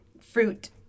fruit